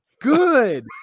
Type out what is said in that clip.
good